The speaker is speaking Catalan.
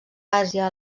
àsia